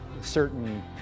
certain